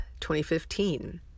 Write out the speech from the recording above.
2015